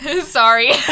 Sorry